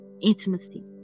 intimacy